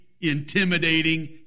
intimidating